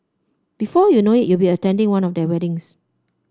before you know it you'll be attending one of their weddings